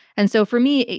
and so, for me,